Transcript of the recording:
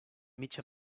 mitja